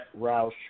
Roush